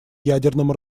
ядерном